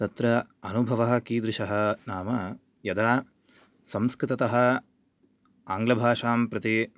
तत्र अनुभवः कीदृशः नाम यदा संस्कृततः आङ्गलभाषां प्रति